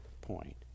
point